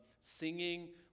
singing